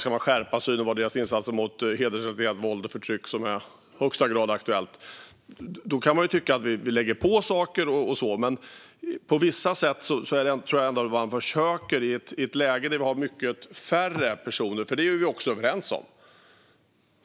Ska man skärpa synen på deras insatser mot hedersrelaterat våld och förtryck, som är i högsta grad aktuellt? Man kan tycka att vi lägger på saker och så vidare, men på vissa sätt tror jag ändå att det blir ett annat läge när vi har mycket färre personer - för det är vi också överens om att vi ska ha.